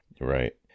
right